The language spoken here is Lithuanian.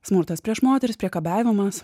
smurtas prieš moteris priekabiavimas